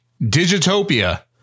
Digitopia